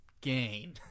Gain